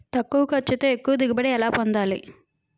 తక్కువ ఖర్చుతో ఎక్కువ దిగుబడి ని ఎలా పొందాలీ?